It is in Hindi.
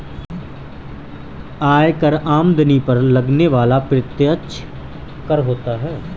आयकर आमदनी पर लगने वाला प्रत्यक्ष कर होता है